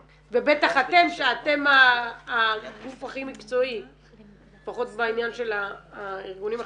ובטח אתם שאתם הגוף הכי מקצועי לפחות בעניין של הארגונים החברתיים.